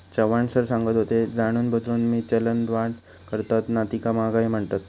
Chavan sir सांगत होते, जाणूनबुजून जी चलनवाढ करतत ना तीका महागाई म्हणतत